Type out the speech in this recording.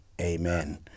Amen